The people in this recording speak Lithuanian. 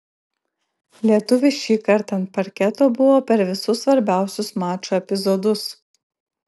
lietuvis šį kartą ant parketo buvo per visus svarbiausius mačo epizodus